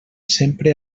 sempre